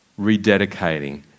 rededicating